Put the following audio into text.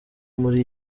muri